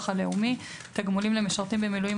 הלאומי (תגמולים למשרתים במילואים),